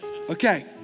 Okay